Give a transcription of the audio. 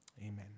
Amen